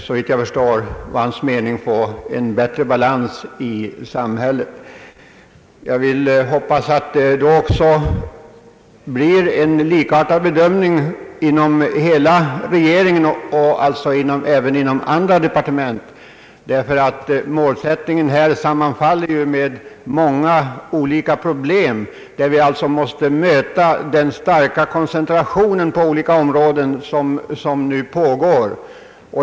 Såvitt jag förstår var hans mening att vi därmed skulle få en bättre balans i samhället. Jag hoppas att det blir en likartad bedömning inom hela regeringen, alltså även inom andra departement. Vi måste möta den starka koncentration på olika områden, som nu pågår.